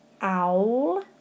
owl